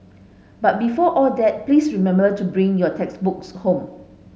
but before all that please remember to bring your textbooks home